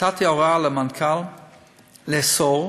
נתתי הוראה למנכ"ל לאסור,